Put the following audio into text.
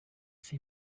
ses